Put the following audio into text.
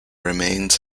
remains